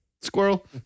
squirrel